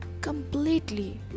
Completely